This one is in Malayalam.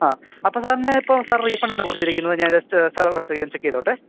ആ അപ്പോള് സാറിന് ഇപ്പോള് സാർ റീഫണ്ടാണ് കൊടുത്തിരിക്കുന്നത് ഞാൻ ജസ്റ്റ് സർ ചെക്കിതോട്ടെ